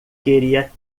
queria